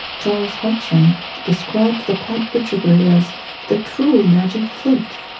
charles hartshorne described the pied butcherbird as the true magic flute,